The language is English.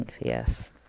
yes